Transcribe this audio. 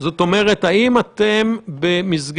ענת, האם את אומרת שבמקום